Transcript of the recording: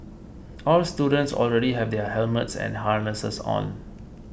all students already have their helmets and harnesses on